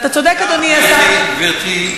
גברתי,